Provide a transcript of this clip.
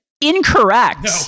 Incorrect